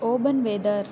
open weather